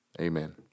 Amen